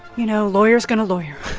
you know, lawyers going to lawyer